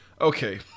okay